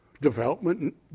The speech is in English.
Development